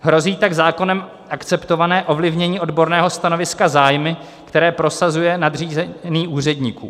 Hrozí tak zákonem akceptované ovlivnění odborného stanoviska zájmy, které prosazuje nadřízený úředníků.